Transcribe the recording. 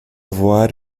voar